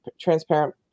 transparent